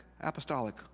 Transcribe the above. Apostolic